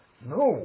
No